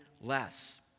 less